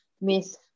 Miss